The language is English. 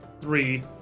three